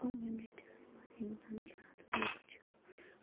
کۄلگٲمۍ ڈِسٹِرٛکَس منٛز یِم زَن زیادٕ لوٗکھ چھِ